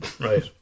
Right